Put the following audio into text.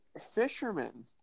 fishermen